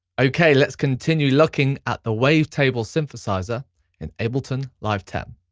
okay, let's continue looking at the wave table synthesiser in ableton live ten.